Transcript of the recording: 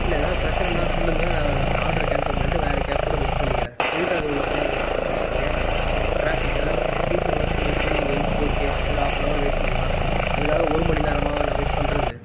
இல்லை ஏதாவது பிரச்சினன்னா சொல்லுங்கள் நான் ஆர்டரை கேன்சல் பண்ணிவிட்டு வேறு கேப் கூட புக் பண்ணிக்கிறேன் எதுக்காக இவ்வளோத்தூரம் வெயிட் பண்ண வைக்கிறிங்க டிராஃபிக்காக பீக் ஹவர்ஸ் எனக்கு புரியுது ஒகே ஒரு ஹாஃப் அன் ஹவர் வெய்ட் பண்ணலாம் அதுக்காக ஒரு மணி நேரமாவா நான் வெயிட் பண்ணுறது